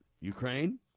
Ukraine